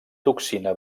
toxina